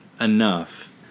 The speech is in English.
Enough